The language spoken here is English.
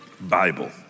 Bible